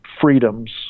freedoms